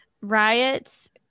riots